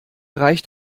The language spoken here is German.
reicht